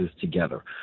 together